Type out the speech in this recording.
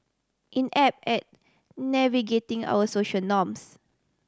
inept at navigating our social norms